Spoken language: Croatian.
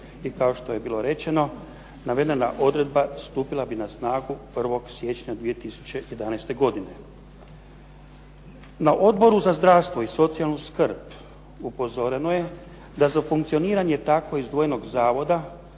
I kao što je bilo rečeno, navedena odredba stupila bi na snagu 1. siječnja 2011. godine. Na Odboru za zdravstvo i socijalnu skrb upozoreno je da za funkcioniranje tako izdvojenog zakona